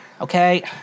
Okay